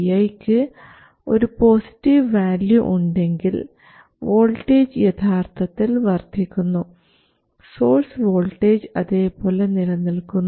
vi ക്ക് ഒരു positive value ഉണ്ടെങ്കിൽ വോൾട്ടേജ് യഥാർത്ഥത്തിൽ വർദ്ധിക്കുന്നു സോഴ്സ് വോൾട്ടേജ് അതേപോലെ നിലനിൽക്കുന്നു